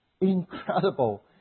incredible